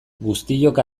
guztiok